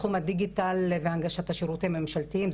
תחום הדיגיטל והנגשת השירותים הממשלתיים,